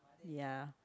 ya